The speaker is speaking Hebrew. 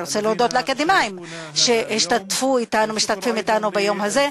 אני רוצה להודות לאקדמאים שהשתתפו אתנו ומשתתפים אתנו ביום הזה.